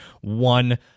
one